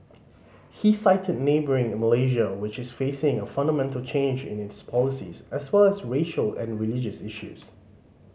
he cited neighbouring Malaysia which is facing a fundamental change in its policies as well as racial and religious issues